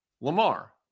Lamar